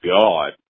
God